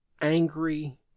angry